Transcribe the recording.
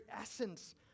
essence